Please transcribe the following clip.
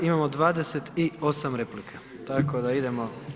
Imamo 28 replika, tako da idemo.